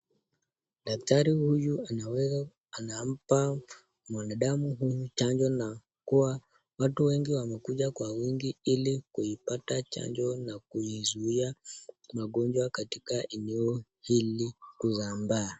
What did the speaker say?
Daktari huyu anaweza anampa mwanadamu huyu chanjo na kuwa watu wengi wamekuja kwa wingi ili kuipata chanjo na kuizuia magonjwa katika eneo hili kusambaa.